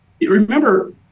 remember